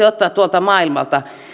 ottaa tuolta maailmalta